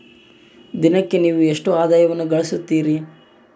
ದಿನಕ್ಕೆ ನೇವು ಎಷ್ಟು ಆದಾಯವನ್ನು ಗಳಿಸುತ್ತೇರಿ?